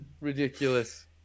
Ridiculous